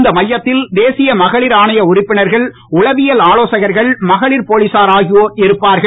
இந்த மையத்தில் தேசிய மகளிர் ஆணைய உறுப்பினர்கள் உளவியல் ஆலோசகர்கள் மகளிர் போலீசார் ஆகியோர் இருப்பார்கள்